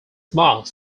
marks